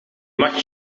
mag